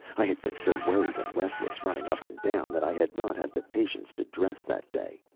i had been so worried and restless running up and down that i had not had the patience to dress that day.